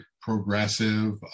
progressive